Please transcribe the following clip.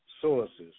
sources